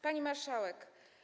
Pani Marszałek!